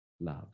love